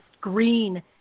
green